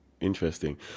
Interesting